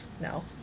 no